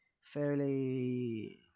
fairly